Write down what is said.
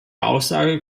aussage